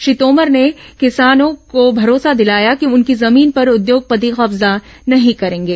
श्री तोमर ने किसानों को भरोसा दिलाया कि उनकी जमीन पर उद्योगपति कब्जा नहीं करेंगे